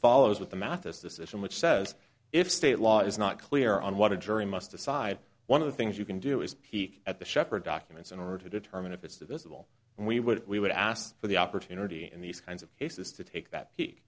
follows with the mathis decision which says if state law is not clear on what a jury must decide one of the things you can do is peek at the shepherd documents in order to determine if it's divisible and we would we would ask for the opportunity in these kinds of cases to take that peak